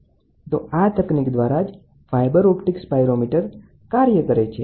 તો આ તકનીક દ્વારા જ ફાઇબર ઓપ્ટિક્સ પાયરોમીટર કાર્ય કરે છે